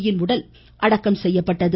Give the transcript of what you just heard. யின் உடல் அடக்கம் செய்யப்பட்டது